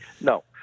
No